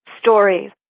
stories